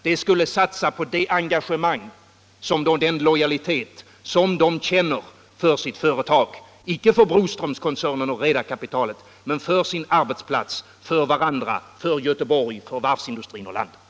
Det skulle vara en satsning på det engagemang och den lojalitet som de känner för sitt företag — icke för Broströmskoncernen och redarkapitalet, men för sin arbetsplats, för varandra, för Göteborg, för varvsindustrin och för landet.